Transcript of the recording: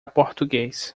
português